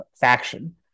faction